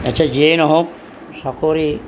আচ্ছা যিয়েই নহওক চাকৰি